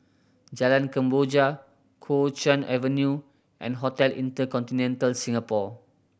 Jalan Kemboja Kuo Chuan Avenue and Hotel InterContinental Singapore